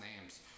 names